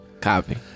Copy